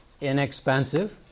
inexpensive